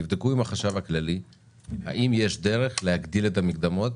תבדקו עם החשב הכללי אם יש דרך להגדיל את המקדמות